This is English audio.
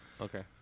Okay